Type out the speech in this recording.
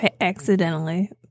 accidentally